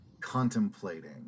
contemplating